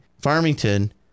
Farmington